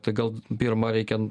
tai gal pirma reikia